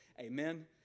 Amen